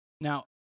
Now